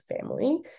family